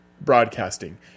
broadcasting